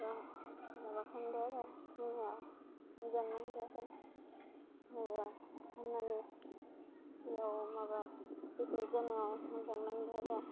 बा माबा खामबाय आरो होमा मोजांनांदो माबा खामनानै इयाव माबा पिगनिक जानायाव मोजां नांदो आरो